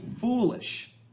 foolish